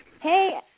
Hey